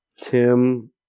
Tim